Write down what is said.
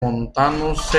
montanos